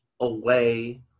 away